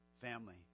family